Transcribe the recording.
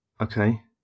Okay